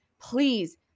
please